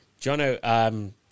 Jono